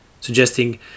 suggesting